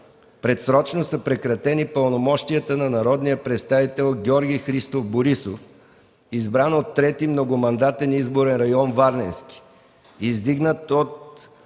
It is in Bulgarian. предсрочно са прекратени пълномощията на народния представител Георги Христов Борисов, избран от 3. многомандатен изборен район Варненски,